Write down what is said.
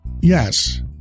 Yes